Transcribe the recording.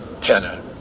tenor